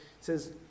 says